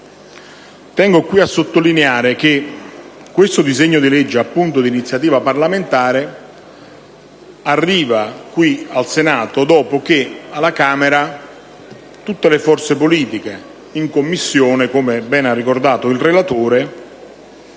Tengo a sottolineare che questo disegno di legge d'iniziativa parlamentare arriva qui al Senato dopo che alla Camera tutte le forze politiche in Commissione, come bene ha ricordato il relatore,